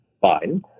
fine